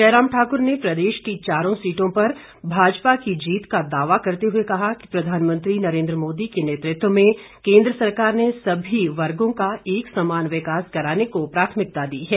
जयराम ठाक्र ने प्रदेश की चारों सीटों पर भाजपा की जीत का दावा करते हुए कहा कि प्रधानमंत्री नरेन्द्र मोदी के नेतृत्व में केन्द्र सरकार ने सभी वर्गो का एक समान विकास कराने को प्राथमिकता दी है